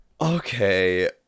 okay